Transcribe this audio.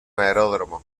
aeródromo